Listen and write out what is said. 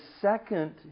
second